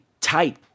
tight